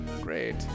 Great